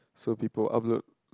so people upload